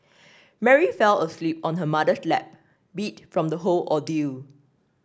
Mary fell asleep on her mother's lap beat from the whole ordeal